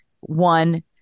one